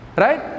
Right